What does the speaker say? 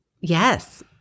Yes